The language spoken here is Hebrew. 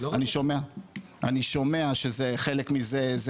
אני שומע שזה חלק מזה זה